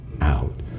out